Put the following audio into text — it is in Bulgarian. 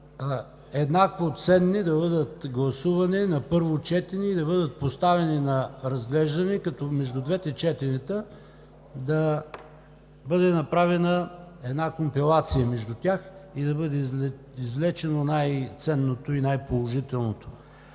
еднакво ценни – да бъдат гласувани на първо четене и да бъдат поставени на разглеждане, като между двете четения да бъде направена компилация между тях и да бъде извлечено най-ценното и най-положителното.